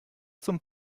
zum